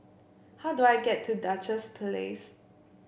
how do I get to Duchess Place